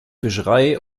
fischerei